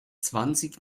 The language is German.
zwanzig